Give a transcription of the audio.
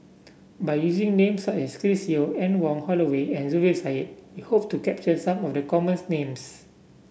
by using name such as Chris Yeo Anne Wong Holloway and Zubir Said we hope to capture some of the common names